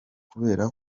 kubera